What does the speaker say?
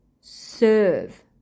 serve